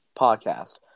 podcast